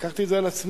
לקחתי את זה על עצמי,